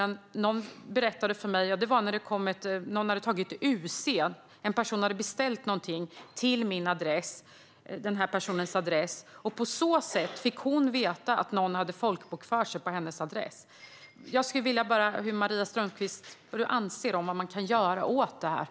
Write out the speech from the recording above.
Någon berättade för mig att hon fick veta att någon hade folkbokfört sig på hennes adress genom att det kom ett brev från UC därför att någon hade beställt någonting till hennes adress. Jag skulle bara vilja höra vad Maria Strömkvist anser att man kan göra åt detta.